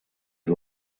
had